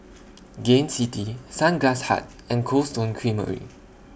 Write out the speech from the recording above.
Gain City Sunglass Hut and Cold Stone Creamery